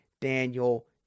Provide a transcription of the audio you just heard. Daniel